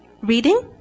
Reading